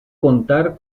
contar